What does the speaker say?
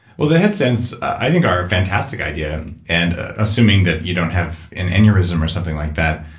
well, the headstands i think are a fantastic idea and and assuming that you don't have an aneurysm or something like that.